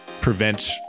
prevent